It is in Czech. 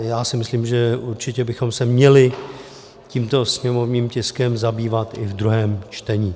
Já si myslím, že určitě bychom se měli tímto sněmovním tiskem zabývat i ve druhém čtení.